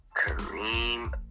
Kareem